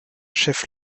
chef